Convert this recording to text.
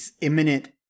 imminent